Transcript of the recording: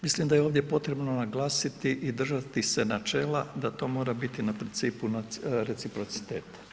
Mislim da je ovdje potrebno naglasiti i držati se načela da to mora biti na principu reciprociteta.